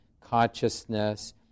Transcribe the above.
consciousness